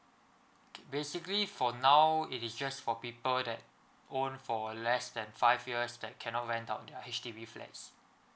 basically for now it is just for people that own for less than five years then cannot rent out their H_D_B flats